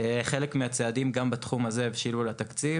חלק מהצעדים גם בתחום הזה הבשילו לתקציב.